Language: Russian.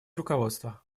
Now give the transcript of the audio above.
руководства